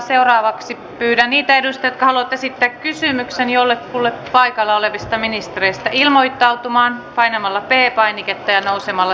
seuraavaksi pyydän niitä edustajia jotka haluavat esittää kysymyksen jollekulle paikalla olevista ministereistä ilmoittautumaan painamalla p painiketta ja nousemalla seisomaan